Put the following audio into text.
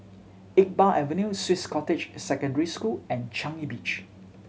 Iqbal Avenue Swiss Cottage Secondary School and Changi Beach